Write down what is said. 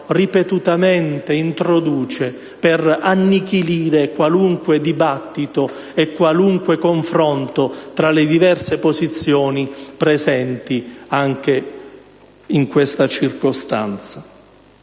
ripetutamente introduce per annichilire qualunque dibattito e qualunque confronto tra le diverse posizioni presenti anche in questa circostanza.